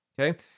Okay